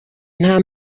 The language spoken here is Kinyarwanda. nta